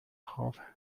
half